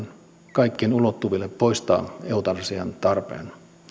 kaikkien ulottuville poistaa eutanasian tarpeen